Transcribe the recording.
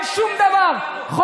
תסתכל כמה, אין שום דבר.